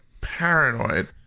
Paranoid